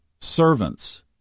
servants